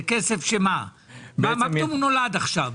מה פתאום הוא נולד עכשיו?